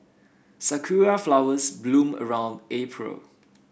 sakura flowers bloom around April